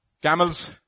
Camels